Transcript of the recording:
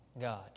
God